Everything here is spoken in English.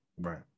right